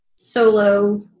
Solo